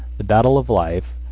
the battle of life,